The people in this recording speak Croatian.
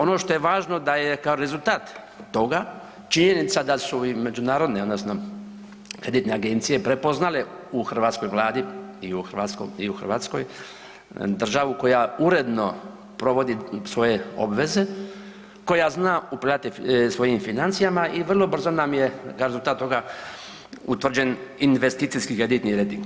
Ono što je važno da je kao rezultat toga činjenica da su i međunarodni odnosno kreditne agencije prepoznale u hrvatskoj Vladi i u Hrvatskoj državu koja uredno provodi svoje obveze, koja zna upravljati svojim financijama i vrlo brzo nam je kao rezultat toga utvrđen investicijski kreditni rejting.